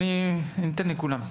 יפה מאוד.